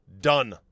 Done